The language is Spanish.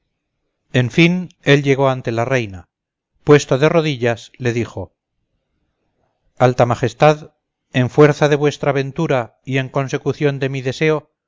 en fin él llegó ante la reina puesto de rodillas le dijo alta majestad en fuerza de vuestra ventura y en consecución de mi deseo